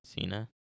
Cena